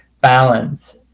balance